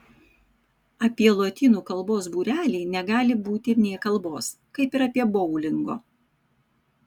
apie lotynų kalbos būrelį negali būti nė kalbos kaip ir apie boulingo